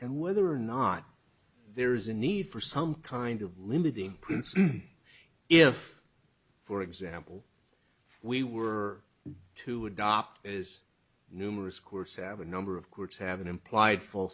and whether or not there is a need for some kind of limiting if for example we were to adopt as numerous course have a number of courts have an implied full